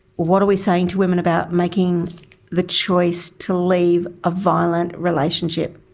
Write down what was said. what are we saying to women about making the choice to leave a violent relationship?